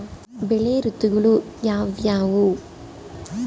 ಬೆಳೆ ಋತುಗಳು ಯಾವ್ಯಾವು?